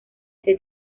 este